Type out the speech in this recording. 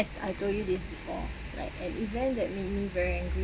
I told you this before like an event that made me very angry